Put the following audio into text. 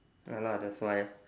ya lah that's why